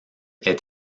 est